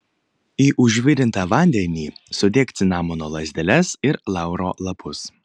į užvirintą vandenį sudėk cinamono lazdeles ir lauro lapus